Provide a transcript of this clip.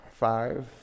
Five